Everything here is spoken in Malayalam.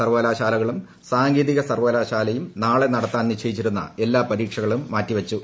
സർവകലാശാലകളും സാങ്കേതിക സർവ്വകലാശാലയും നാളെ നടത്താൻ നിശ്ചയിച്ചിരുന്ന എല്ലാ പരീക്ഷകളും മാറ്റിവച്ചു